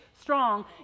strong